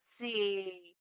see